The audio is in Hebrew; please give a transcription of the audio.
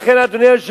לכן, אדוני היושב-ראש,